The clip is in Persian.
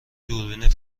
دوربین